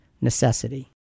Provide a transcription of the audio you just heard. necessity